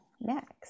next